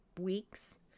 weeks